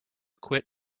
quit